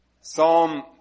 Psalm